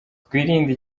twirinde